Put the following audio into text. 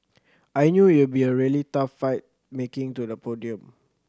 I knew it'll be a really tough fight making to the podium